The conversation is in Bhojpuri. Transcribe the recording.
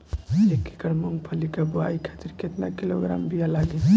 एक एकड़ मूंगफली क बोआई खातिर केतना किलोग्राम बीया लागी?